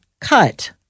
cut